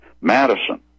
Madison